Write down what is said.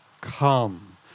Come